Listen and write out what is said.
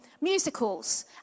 musicals